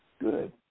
Good